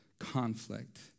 conflict